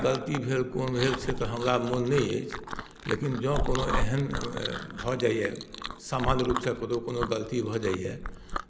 कहिया गलती भेल कोन भेल से तऽ हमरा मन नहि अछि लेकिन जँ कोनो एहन भऽ जाइया सामान्य रूपसँ कोनो कोनो गलती भऽ जाइया